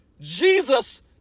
Jesus